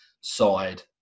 side